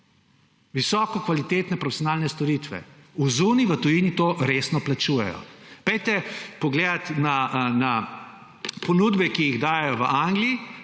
Visoko kvalitetne profesionalne storitve. Zunaj v tujini to resno plačujejo. Poglejte na ponudbe, ki jih dajejo v Angliji,